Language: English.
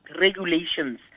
regulations